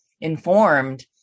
informed